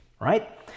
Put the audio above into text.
right